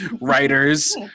writers